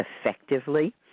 effectively